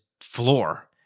floor